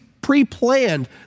pre-planned